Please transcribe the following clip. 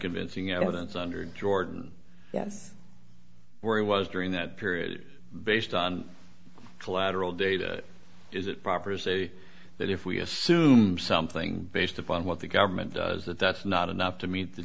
convincing evidence under george yes where he was during that period based on collateral data is it proper to say that if we assume something based upon what the government does that that's not enough to meet the